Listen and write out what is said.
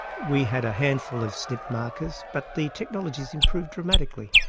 we had a handful of snp markers but the technology has improved dramatically.